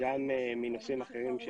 וגם מנושאים אחרים שלא נוצלו.